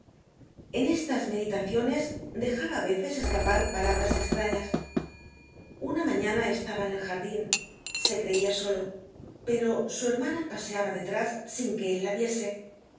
en estas meditaciones dejaba á veces escapar palabras estrañas una mañana estaba en el jardin se creia solo pero su hermana paseaba detrás sin que él la viese de